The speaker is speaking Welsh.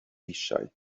eisiau